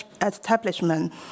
establishment